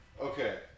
Okay